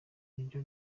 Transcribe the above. niryo